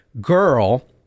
girl